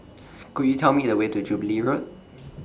Could YOU Tell Me The Way to Jubilee Road